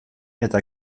eta